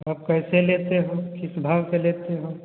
आप कैसे लेते हो किस भाव से लेते हो